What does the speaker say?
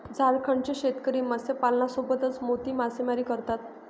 झारखंडचे शेतकरी मत्स्यपालनासोबतच मोती मासेमारी करतात